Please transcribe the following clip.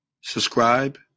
subscribe